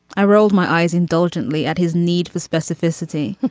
i rolled my eyes indulgently at his need for specificity.